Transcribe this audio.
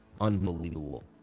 Unbelievable